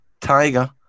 Tiger